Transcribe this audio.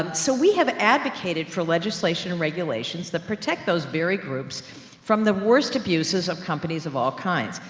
so we have advocated for legislation and regulations, that protect those very groups from the worst abuses of companies of all kinds,